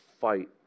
fight